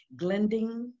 Glending